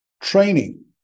training